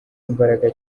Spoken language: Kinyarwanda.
imbaraga